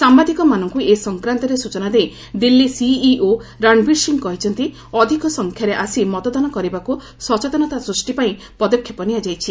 ସାମ୍ବାଦିକମାନଙ୍କୁ ଏ ସଂକ୍ରାନ୍ତରେ ସୂଚନା ଦେଇ ଦିଲ୍ଲୀ ସିଇଓ ରଣବୀର ସିଂହ କହିଛନ୍ତି ଅଧିକ ସଂଖ୍ୟାରେ ଆସି ମତଦାନ କରିବାକୁ ସଚେତନତା ସୃଷ୍ଟି ପାଇଁ ପଦକ୍ଷେପ ନିଆଯାଇଛି